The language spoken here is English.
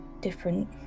different